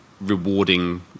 rewarding